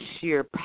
sheer